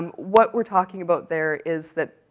um what we're talking about there is that,